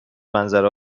منظره